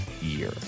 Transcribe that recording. year